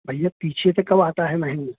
بھیا پیچھے سے کب آتا ہے مہنگی